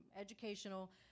educational